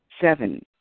Seven